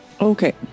Okay